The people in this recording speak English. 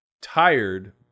tired